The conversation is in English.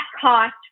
cost